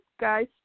guys